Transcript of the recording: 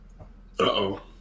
Uh-oh